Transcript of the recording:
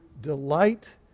delight